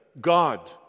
God